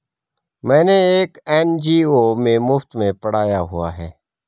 मैंने एक एन.जी.ओ में मुफ़्त में पढ़ाया हुआ है